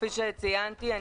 כמו שציינתי,